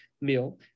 meal